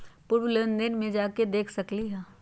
पूर्व लेन देन में जाके देखसकली ह?